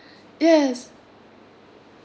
yes